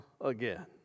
again